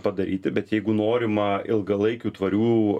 padaryti bet jeigu norima ilgalaikių tvarių